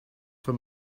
for